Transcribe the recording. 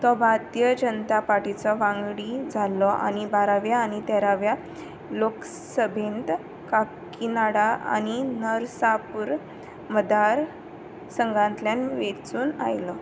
तो भारतीय जनता पार्टीचो वांगडी जालो आनी बाराव्या आनी तेराव्या लोकसभेंत काकीनाडा आनी नरसापुर मदार संघांतल्यान वेंचून आयलो